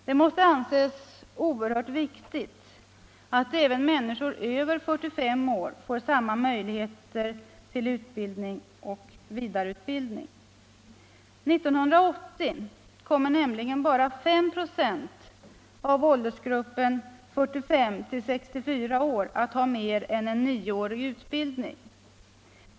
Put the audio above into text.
Det måste anses oerhört viktigt att även människor över 45 år får samma möjligheter till utbildning och vidareutbildning. 1980 kommer nämligen bara 5 96 av åldersgruppen 45-64 år att ha mer än en nioårig utbildning.